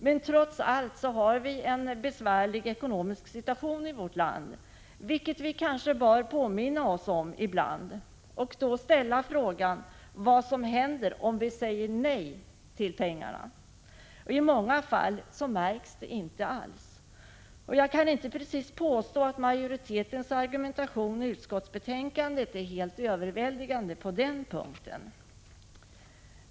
Men trots allt har vi en besvärlig ekonomisk situation i vårt land, vilket vi kanske bör påminna oss ibland och samtidigt ställa frågan vad som händer om vi säger nej till föreslagna utgifter. I många fall märks det inte alls. Jag kan inte precis påstå att majoritetens argumentation i utskottsbetänkandet är helt överväldigande på den punkten.